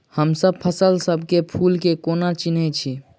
हमसब फसल सब मे फूल केँ कोना चिन्है छी?